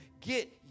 get